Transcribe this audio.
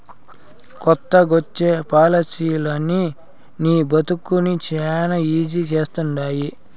కొత్తగొచ్చే పాలసీలనీ నీ బతుకుని శానా ఈజీ చేస్తండాయి